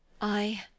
I